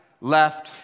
left